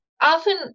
often